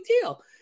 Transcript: deal